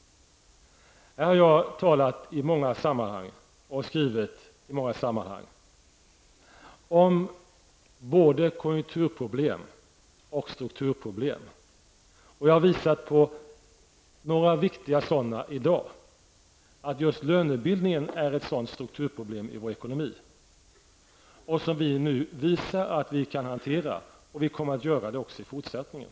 Här har jag i många sammanhang skrivit och talat om både konjunkturproblem och strukturproblem. Jag har visat på några viktiga sådana i dag och på att just lönebildningen är ett strukturproblem i vår ekonomi. Vi visar nu att vi kan hantera dessa saker, och det kommer vi att göra också i fortsättningen.